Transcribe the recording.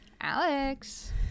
Alex